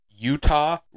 Utah